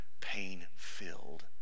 pain-filled